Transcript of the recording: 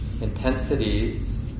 intensities